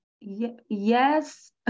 Yes